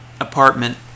apartment